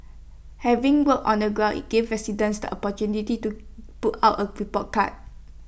having worked on the ground IT gives residents the opportunity to put out A report card